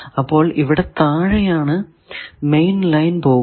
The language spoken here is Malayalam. അപ്പോൾ ഇവിടെ താഴെയാണ് മെയിൻ ലൈൻ പോകുക